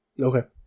Okay